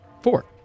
Four